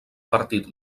partit